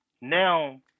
now